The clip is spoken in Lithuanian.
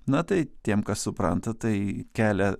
na tai tiem kas supranta tai kelia